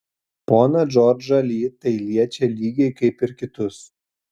poną džordžą li tai liečia lygiai kaip ir kitus